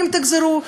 ואם תגזרו,